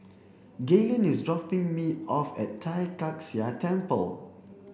Galen is dropping me off at Tai Kak Seah Temple